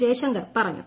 ജയ്ശിങ്കർ പറഞ്ഞു